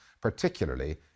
particularly